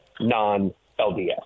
non-LDS